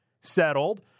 settled